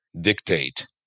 dictate